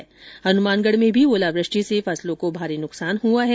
वहीं हनुमानगढ़ में भी ओलावृष्टि से तैयार फसलों का भारी नुकसान हुआ है